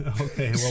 Okay